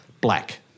black